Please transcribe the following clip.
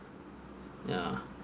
ya